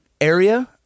area